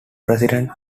president